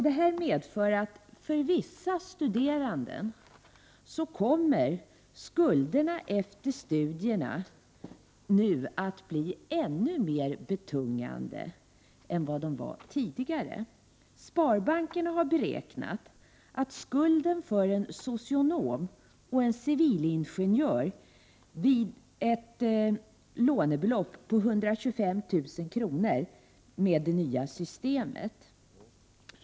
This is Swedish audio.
Detta medför för vissa studerande att skulderna efter studierna nu kommer att bli ännu mer betungande än de var tidigare. Sparbankerna har beräknat skulden för en socionom och civilingenjör vid ett lånebelopp på 125 000 kr. med det nya systemet.